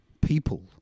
people